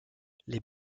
les